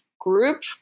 group